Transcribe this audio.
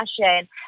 fashion